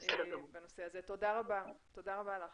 תודה רבה לך.